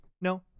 No